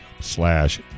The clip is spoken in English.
slash